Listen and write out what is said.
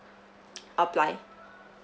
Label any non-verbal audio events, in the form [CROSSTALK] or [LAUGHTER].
[NOISE] apply